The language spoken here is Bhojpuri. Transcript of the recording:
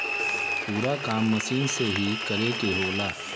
पूरा काम मसीन से ही करे के होला